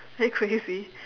are you crazy